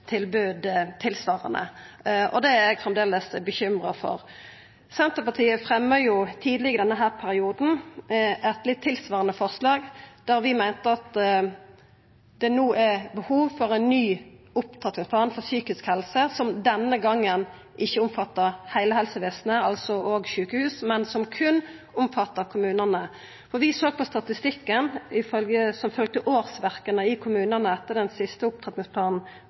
tilbod tilsvarande. Det er eg framleis bekymra for. Senterpartiet fremja tidleg i denne perioden eit noko tilsvarande forslag. Vi meiner at det no er behov for ein ny opptrappingsplan for psykisk helse, som denne gongen ikkje skal omfatta heile helsevesenet, altså òg sjukehus, men som berre skal omfatta kommunane. Vi såg på statistikken over årsverk i kommunane etter at den siste opptrappingsplanen